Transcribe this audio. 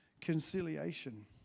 conciliation